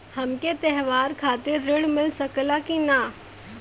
हमके त्योहार खातिर त्रण मिल सकला कि ना?